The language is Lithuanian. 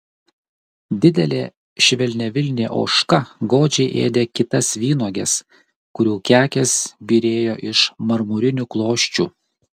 didelė švelniavilnė ožka godžiai ėdė kitas vynuoges kurių kekės byrėjo iš marmurinių klosčių